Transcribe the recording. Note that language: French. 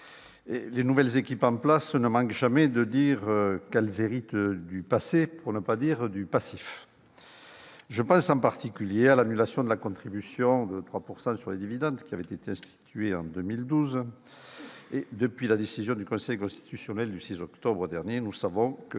Les nouvelles équipes en place ne manquent jamais de dire qu'elles héritent du passé, pour ne pas dire du passif. Je pense en particulier à l'annulation de la contribution de 3 % sur les dividendes, qui avait été instituée en 2012. Depuis la décision du Conseil constitutionnel en date du 6 octobre dernier, nous savons que